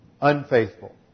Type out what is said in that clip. unfaithful